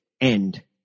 end